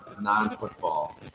non-football